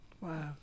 Wow